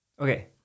Okay